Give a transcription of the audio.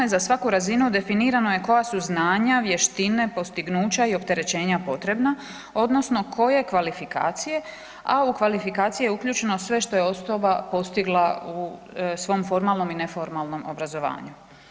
Za svaku razinu definirano je koja su znanja, vještine, postignuća i opterećenja potrebna, odnosno koje kvalifikacije, a u kvalifikacije je uključeno sve što je osoba postigla u svom formalnom i neformalnom obrazovanju.